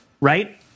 Right